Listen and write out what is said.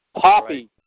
Poppy